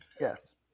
Yes